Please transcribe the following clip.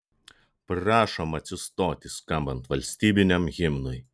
prašom atsistoti skambant valstybiniam himnui